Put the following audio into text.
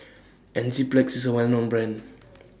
Enzyplex IS A Well known Brand